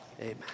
Amen